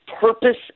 purpose